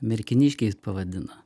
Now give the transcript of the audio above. merkiniškiais pavadina